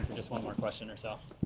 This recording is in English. just one more question or so.